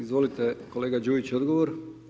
Izvolite kolega Đujić, odgovor.